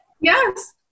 Yes